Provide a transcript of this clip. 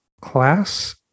class